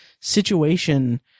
situation